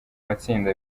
matsinda